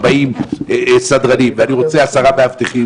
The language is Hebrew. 40 סדרנים ואני רוצה 10 מאבטחים',